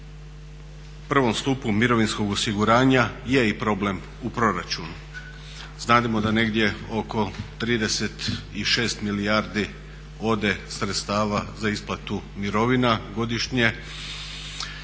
prvom stupu mirovinskog osiguranja je i problem u proračunu. Znademo da negdje oko 36 milijardi ode sredstava za isplatu mirovina godišnje.